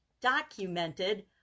documented